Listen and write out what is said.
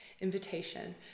Invitation